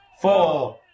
four